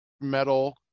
metal